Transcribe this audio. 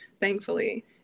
thankfully